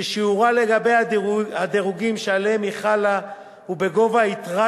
ששיעורה לגבי הדירוגים שעליהם היא חלה הוא בגובה יתרת